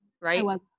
right